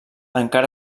encara